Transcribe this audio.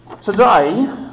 Today